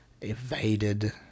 evaded